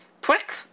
prick